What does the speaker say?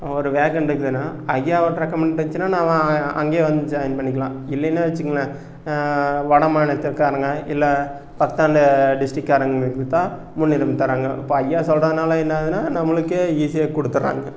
ஒரு வேக்கண்ட் இருக்குனால் ஐயா ஓடற கம்பெனி இருந்துச்சுன்னா நான் அங்கே வந்து ஜாயின் பண்ணிக்கலாம் இல்லேன்னால் வச்சுக்கோங்களேன் வடமாநிலத்துக்காரங்க இல்லை டிஸ்ட்ரிக்ட்காரங்களுக்குதான் முன்னுரிமை தராங்க இப்போது ஐயா சொல்கிறதுனால என்ன ஆகுதுனால் நம்மளுக்கே ஈஸியாக கொடுத்துறாங்க